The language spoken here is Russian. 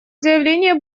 заявления